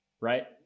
right